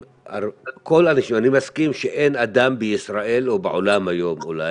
אני מסכים שאין אדם בישראל, או בעולם היום אולי,